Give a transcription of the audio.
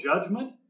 judgment